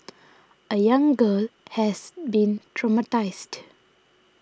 a young girl has been traumatised